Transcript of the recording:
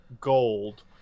gold